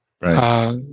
Right